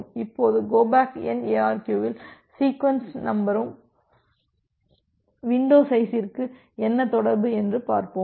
இப்போது go back N ARQ இல் sequence நம்பருக்கும் வின்டோ சைஸ்ற்கும் என்ன தொடர்பு என்று பார்ப்போம்